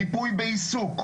ריפוי בעיסוק,